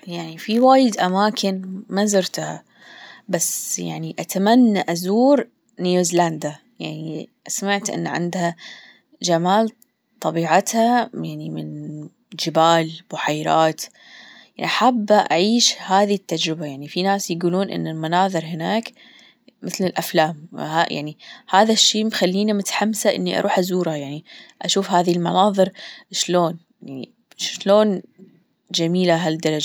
يعني في وايد أماكن ما زرتها بس يعني أتمنى أزور نيوزيلندا يعني سمعت إن عندها جمال طبيعتها يعني من جبال بحيرات حابة أعيش هذي التجربة يعني في ناس يقولون إن المناظر هناك مثل الأفلام يعني هذا الشيء مخليني متحمسة إني أروح أزوره يعني أشوف هذي المناظر شلون يعني شلون جميلة هالبلد.